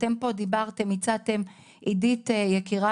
עידית ושירלי,